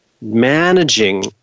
managing